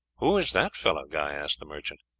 who is that fellow? guy asked the merchant.